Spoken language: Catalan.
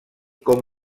com